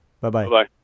Bye-bye